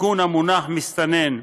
תיקון המונח "מסתנן"